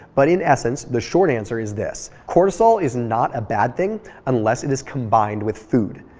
but in essence, the short answer is this. cortisol is not a bad thing unless it is combined with food.